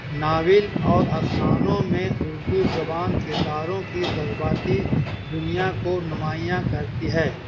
novel اور افسانوں میں اردو زبان کرداروں کی جذباتی دنیا کو نمایاں کرتی ہے